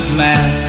man